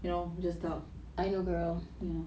you know just doubt ya